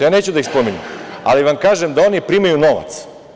Ja neću da ih spominjem, ali vam kažem da oni primaju novac.